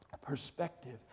perspective